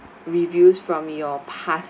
reviews from your past